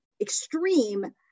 extreme